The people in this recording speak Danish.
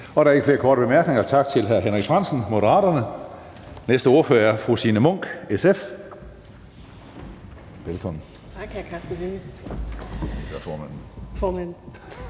Der er ikke flere korte bemærkninger. Tak til hr. Henrik Frandsen, Moderaterne. Næste ordfører er fru Signe Munk, SF. Velkommen. Kl. 11:29 (Ordfører) Signe